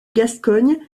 gascogne